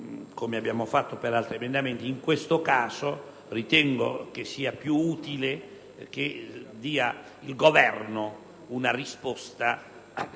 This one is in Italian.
come abbiamo fatto per altri emendamenti. In questo caso, però, ritengo che sia più utile che sia il Governo a dare una risposta